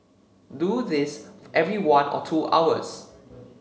do this every one or two hours